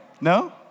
No